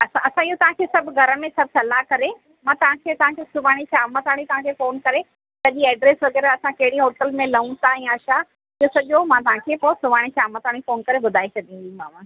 त असां असां इहो तव्हांखे सभु घर में सभु सलाह करे मां तव्हांखे तव्हांखे सुभाणे शाम ताणी तव्हांखे फोन करे सॼी एड्रेस वग़ैरह असां कहिड़ी होटल में लहूं था या छा इहो सॼो मां तव्हांखे पोइ सुभाणे शाम ताईं फोन करे ॿुधाए छॾींदीमांव